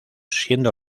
siendo